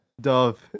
Dove